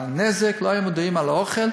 לנזק ולא היו מודעים לאוכל.